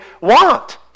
want